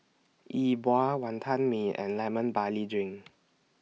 E Bua Wantan Mee and Lemon Barley Drink